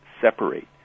separate